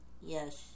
Yes